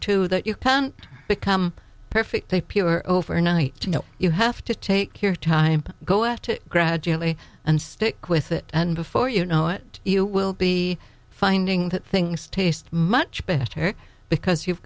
too that you can't become perfect they are overnight you know you have to take your time go up to gradually and stick with it and before you know it you will be finding that things taste much better because you've